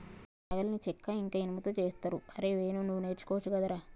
నాగలిని చెక్క ఇంక ఇనుముతో చేస్తరు అరేయ్ వేణు నువ్వు నేర్చుకోవచ్చు గదరా